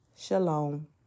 Shalom